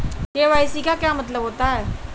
KYC का क्या मतलब होता है?